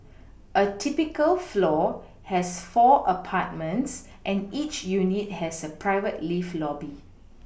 a typical floor has four apartments and each unit has a private lift lobby